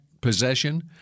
possession